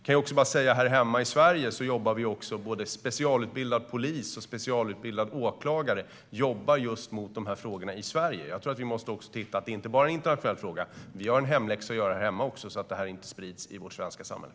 Jag kan också säga att här hemma i Sverige jobbar både specialutbildad polis och specialutbildad åklagare mot just de här frågorna. Jag tror att vi måste se att detta inte bara är en internationell fråga. Vi har en läxa att göra här hemma, så att detta inte sprids i vårt svenska samhälle.